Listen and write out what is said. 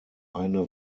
eine